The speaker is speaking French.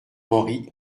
henri